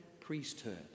priesthood